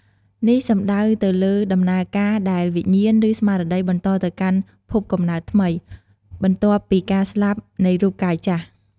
នេះសំដៅទៅលើដំណើរការដែលវិញ្ញាណ ឬស្មារតីបន្តទៅកាន់ភពកំណើតថ្មី បន្ទាប់ពីការស្លាប់នៃរូបកាយចាស់។